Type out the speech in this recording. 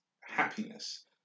happiness